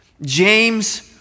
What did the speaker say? James